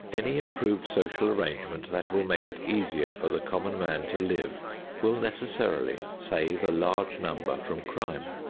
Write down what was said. any improved social arrangement that will make it easier for the common man to live will necessarily save a large number from crime.